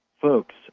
folks